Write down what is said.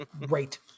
Great